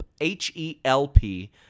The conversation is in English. H-E-L-P